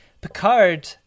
Picard